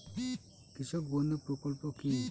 কৃষক বন্ধু প্রকল্প কি?